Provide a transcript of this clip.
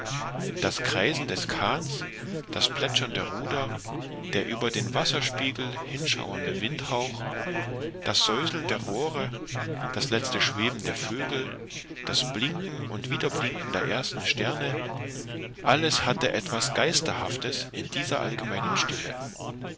das kreisen des kahns das plätschern der ruder der über den wasserspiegel hinschauernde windhauch das säuseln der rohre das letzte schweben der vögel das blinken und widerblinken der ersten sterne alles hatte etwas geisterhaftes in dieser allgemeinen stille